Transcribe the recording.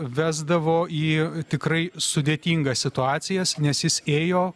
vesdavo į tikrai sudėtingas situacijas nes jis ėjo